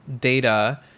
data